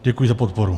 Děkuji za podporu.